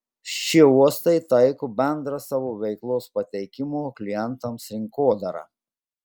šie uostai taiko bendrą savo veiklos pateikimo klientams rinkodarą